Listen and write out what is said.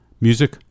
Music